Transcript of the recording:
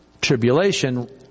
tribulation